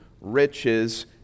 riches